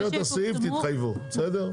אז כשנאשר את הסעיף, תתחייבו, בסדר?